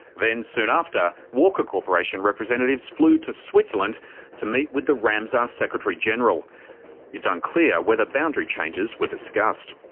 then soon after, walker corporation representatives flew to switzerland to meet with the ramsar secretary-general it's unclear whether boundary changes were discussed.